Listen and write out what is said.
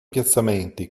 piazzamenti